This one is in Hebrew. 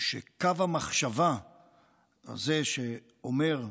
שקו המחשבה הזה, שאומר: